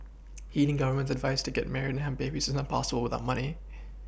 heeding government's advice to get married and have babies is not possible without money